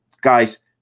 guys